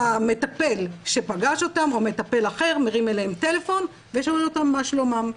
שהמטפל שפגש אותם או מטפל אחר מרים אליהם טלפון ושואל אותם מה שלומם.